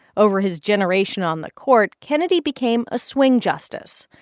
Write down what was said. over his generation on the court, kennedy became a swing justice.